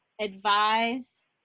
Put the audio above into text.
advise